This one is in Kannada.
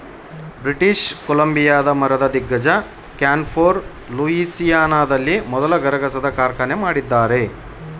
ಬ್ರಿಟಿಷ್ ಕೊಲಂಬಿಯಾದ ಮರದ ದಿಗ್ಗಜ ಕ್ಯಾನ್ಫೋರ್ ಲೂಯಿಸಿಯಾನದಲ್ಲಿ ಮೊದಲ ಗರಗಸದ ಕಾರ್ಖಾನೆ ಮಾಡಿದ್ದಾರೆ